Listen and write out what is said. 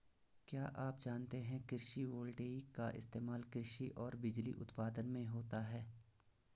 क्या आप जानते है कृषि वोल्टेइक का इस्तेमाल कृषि और बिजली उत्पादन में होता है?